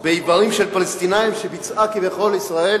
באיברים של פלסטינים שביצעה כביכול ישראל?